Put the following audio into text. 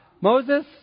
Moses